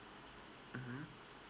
mmhmm